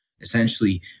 Essentially